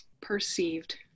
perceived